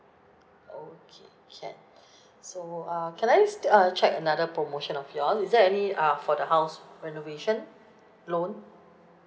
okay can so uh can I just do uh check another promotion of yours is there any uh for the house renovation loan